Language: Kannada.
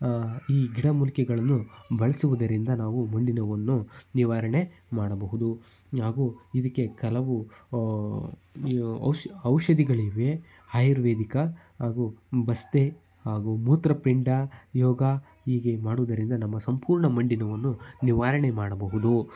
ಈ ಗಿಡ ಮೂಲಿಕೆಗಳನ್ನು ಬಳಸುವುದರಿಂದ ನಾವು ಮಂಡಿ ನೋವನ್ನು ನಿವಾರಣೆ ಮಾಡಬಹುದು ಹಾಗೂ ಇದಕ್ಕೆ ಕೆಲವು ಔಷಧಿಗಳಿವೆ ಹಾಯುರ್ವೇದಿಕ ಹಾಗೂ ಬಸ್ತಿ ಹಾಗೂ ಮೂತ್ರಪಿಂಡ ಯೋಗ ಹೀಗೆ ಮಾಡುವುದರಿಂದ ನಮ್ಮ ಸಂಪೂರ್ಣ ಮಂಡಿ ನೋವನ್ನು ನಿವಾರಣೆ ಮಾಡಬಹುದು